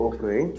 Okay